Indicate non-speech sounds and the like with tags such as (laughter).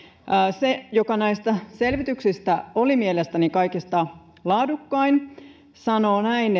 se joka näistä selvityksistä oli mielestäni kaikista laadukkain sanoo näin (unintelligible)